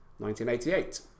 1988